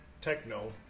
Techno